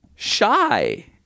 Shy